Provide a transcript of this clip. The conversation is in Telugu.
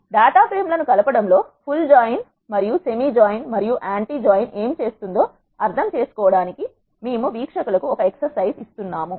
డాటాఫ్రేమ్ల ను కలపడం లో full join join semi join మరియు యాంటీ జాయిన్ ఏమి చేస్తుందో అర్థం చేసుకోవడానికి మేము వీక్షకులకు ఒక ఎక్సైజ్ ఇస్తున్నాము